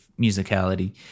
musicality